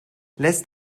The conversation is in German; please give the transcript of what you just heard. lässt